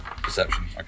Perception